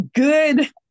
Good